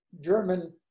German